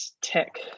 tech